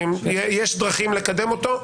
יש דרכים לקדם אותו.